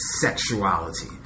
sexuality